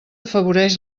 afavoreix